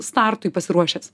startui pasiruošęs